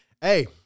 Hey